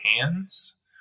hands